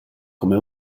come